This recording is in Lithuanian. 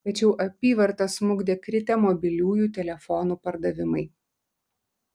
tačiau apyvartą smukdė kritę mobiliųjų telefonų pardavimai